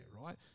right